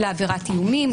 לעבירת איומים,